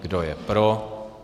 Kdo je pro?